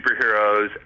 superheroes